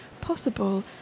possible